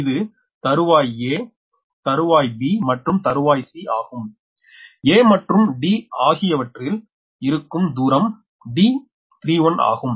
இது தறுவாய் a தறுவாய் b மற்றும் தறுவாய் c ஆகும் a மற்றும் D ஆகியவற்றிற்குள் இருக்கும் தூரம் D31 ஆகும்